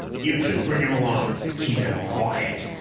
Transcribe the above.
you two bring him along and keep him quiet!